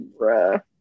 Bruh